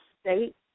State